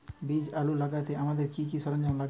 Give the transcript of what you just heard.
বীজ আলু লাগাতে আমাদের কি কি সরঞ্জাম লাগে?